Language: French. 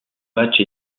matchs